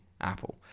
Apple